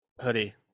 Hoodie